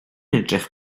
edrych